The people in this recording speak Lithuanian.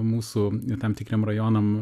mūsų tam tikriem rajonam